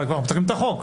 אבל כבר מתקנים את החוק.